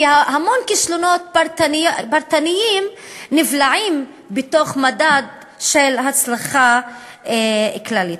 כי המון כישלונות פרטניים נבלעים בתוך מדד של הצלחה כללית.